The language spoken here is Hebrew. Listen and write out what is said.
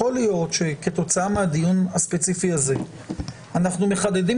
יכול להיות שכתוצאה מהדיון הספציפי הזה אנחנו מחדדים